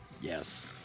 Yes